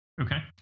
Okay